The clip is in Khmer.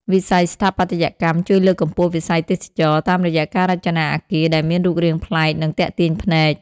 វិស័យស្ថាបត្យកម្មជួយលើកកម្ពស់វិស័យទេសចរណ៍ តាមរយៈការរចនាអគារដែលមានរូបរាងប្លែក និងទាក់ទាញភ្នែក។